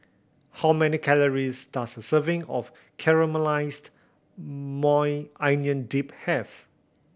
how many calories does a serving of Caramelized Maui Onion Dip have